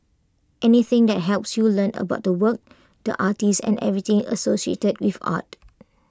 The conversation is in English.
anything that helps you learn about the work the artist and everything associated with art